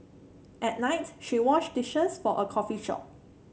at night she washed dishes for a coffee shop